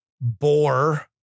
bore